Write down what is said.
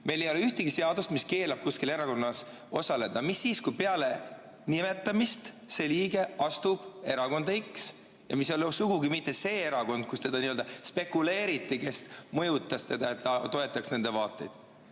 Meil ei ole ühtegi seadust, mis keelab kuskil erakonnas osaleda. Mis siis, kui peale nimetamist see liige astub erakonda X, mis ei ole sugugi mitte see erakond, kus temaga nii-öelda spekuleeriti, kes mõjutas teda, et ta toetaks nende vaateid?